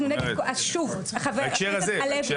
בהקשר הזה.